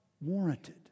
warranted